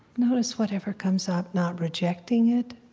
notice whatever comes up, not rejecting it,